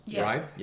Right